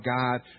God